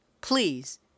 Please